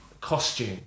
costume